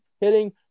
hitting